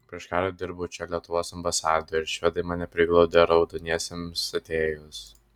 prieš karą dirbau čia lietuvos ambasadoje ir švedai mane priglaudė raudoniesiems atėjus